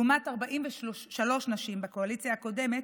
לעומת 43 בקואליציה הקודמת,